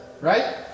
right